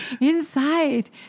inside